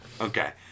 Okay